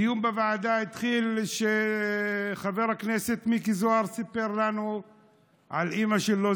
הדיון בוועדה התחיל כשחבר הכנסת מיקי זוהר סיפר לנו על אימא שלו,